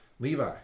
Levi